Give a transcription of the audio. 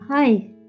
Hi